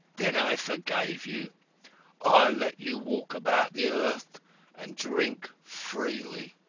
then i forgave you. i let you walk about the earth and drink freely.